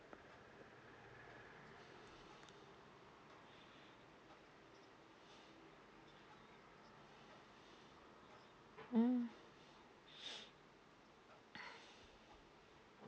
mm